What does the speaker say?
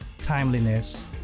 timeliness